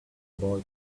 boy